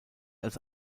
als